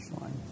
line